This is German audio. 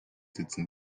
sitzen